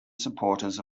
supporters